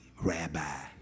rabbi